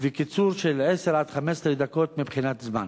וקיצור של 10 15 דקות מבחינת זמן.